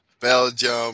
Belgium